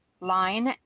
line